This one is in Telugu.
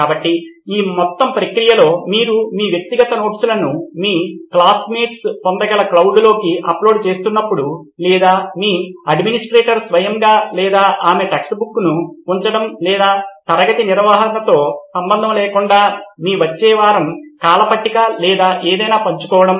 కాబట్టి ఈ మొత్తం ప్రక్రియలో మీరు మీ వ్యక్తిగత నోట్స్ లను మీ క్లాస్మేట్స్ పొందగల క్లౌడ్లోకి అప్లోడ్ చేస్తున్నప్పుడు లేదా మీ అడ్మినిస్ట్రేటర్ స్వయంగా లేదా ఆమె టెక్స్ట్ బుక్ను ఉంచడం లేదా తరగతి నిర్వహణతో సంబంధం లేకుండా మీ వచ్చే వారం కాలపట్టిక లేదా ఏదైనా పంచుకోవడం